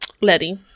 Letty